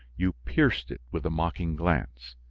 you pierced it with a mocking glance,